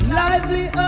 lively